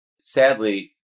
sadly